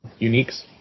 uniques